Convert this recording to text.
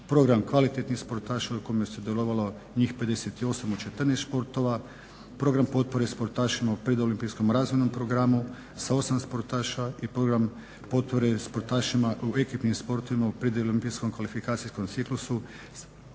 Program kvalitetnih sportaša u kojem je sudjelovalo njih 58 u 14 sportova, program potpore sportašima u pred olimpijskom razvojnom programu sa 8 sportaša i Program potpore sportašima u ekipnim sportovima u predolimpijskom kvalifikacijskom ciklusu